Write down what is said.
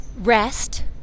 rest